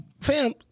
Fam